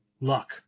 Luck